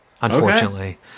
unfortunately